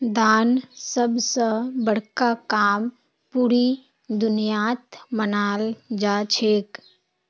दान सब स बड़का काम पूरा दुनियात मनाल जाछेक